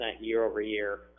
year-over-year